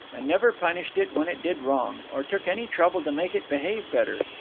and never punished it when it did wrong, or took any trouble to make it behave better.